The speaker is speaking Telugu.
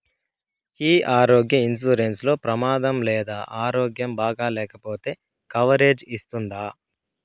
ఈ ఆరోగ్య ఇన్సూరెన్సు లో ప్రమాదం లేదా ఆరోగ్యం బాగాలేకపొతే కవరేజ్ ఇస్తుందా?